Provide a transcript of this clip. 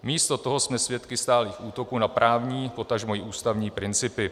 Místo toho jsme svědky stálých útoků na právní, potažmo i ústavní principy.